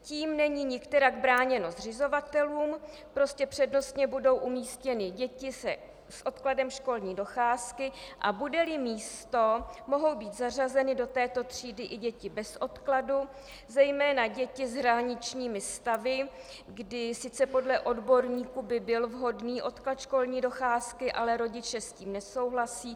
Tím není nikterak bráněno zřizovatelům prostě přednostně budou umístěny děti s odkladem školní docházky, a budeli místo, mohou být zařazeny do této třídy i děti bez odkladu, zejména děti s hraničními stavy, kdy sice podle odborníků by byl vhodný odklad školní docházky, ale rodiče s tím nesouhlasí.